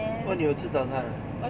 oh 你有吃早餐 ah